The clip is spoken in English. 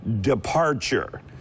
departure